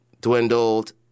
dwindled